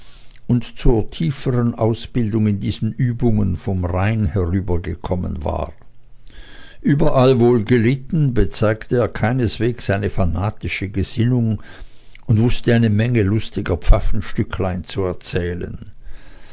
und zur tieferen ausbildung in diesen übungen vom rheine herübergekommen war überall wohlgelitten bezeigte er keineswegs eine fanatische gesinnung und wußte eine menge lustiger pfaffenstücklein zu erzählen